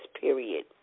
period